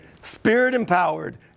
Spirit-empowered